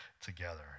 together